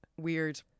weird